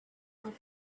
what